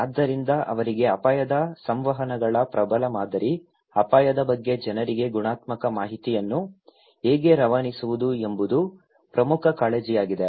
ಆದ್ದರಿಂದ ಅವರಿಗೆ ಅಪಾಯದ ಸಂವಹನಗಳ ಪ್ರಬಲ ಮಾದರಿ ಅಪಾಯದ ಬಗ್ಗೆ ಜನರಿಗೆ ಗುಣಾತ್ಮಕ ಮಾಹಿತಿಯನ್ನು ಹೇಗೆ ರವಾನಿಸುವುದು ಎಂಬುದು ಪ್ರಮುಖ ಕಾಳಜಿಯಾಗಿದೆ